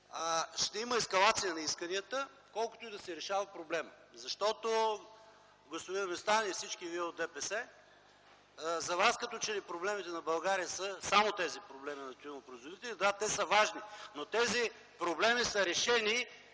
ще има ескалация на исканията, колкото и да се решава проблемът. Защото, господин Местан и всички вие от ДПС, за вас като че ли проблемите на България са само тези – на тютюнопроизводителите. Да, те са важни, но тези проблеми са решени